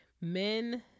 Men